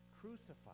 crucified